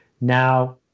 now